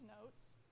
notes